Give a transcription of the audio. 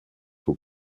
aux